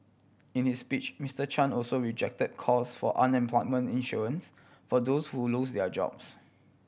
in his speech Mister Chan also rejected calls for unemployment insurance for those who lose their jobs